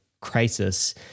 crisis